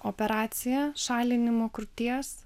operacija šalinimo krūties